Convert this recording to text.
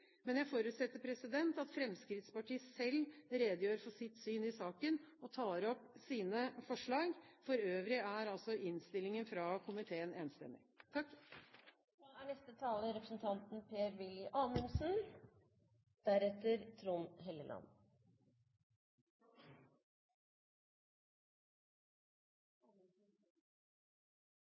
men jeg forutsetter at Fremskrittspartiet selv redegjør for sitt syn i saken og tar opp sitt forslag. For øvrig er innstillingen fra komiteen enstemmig. Det kan virke som om vi har diskutert EU-direktiv i hele dag, men dette er